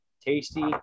Tasty